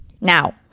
Now